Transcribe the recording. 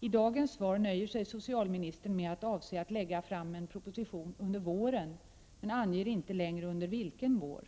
I dagens svar nöjer sig socialministern med att avse att lägga fram en proposition under våren men anger inte längre vilken vår.